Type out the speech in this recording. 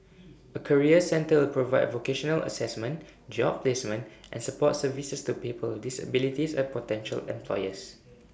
A career centre will provide vocational Assessment job placement and support services to people disabilities and potential employers